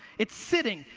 it's sitting,